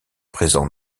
présent